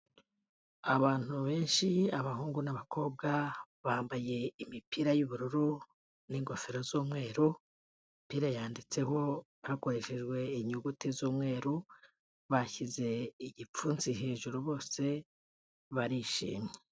Abantu benshi abahungu n'abakobwa bambaye imipira y'ubururu n'ingofero z'umweru imipira yanditseho hakoreshejwe inyuguti z'umweru bashyize igipfunsi hejuru bose barishimye.